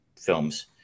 films